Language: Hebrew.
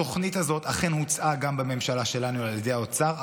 התוכנית הזאת אכן הוצעה גם בממשלה שלנו על ידי האוצר,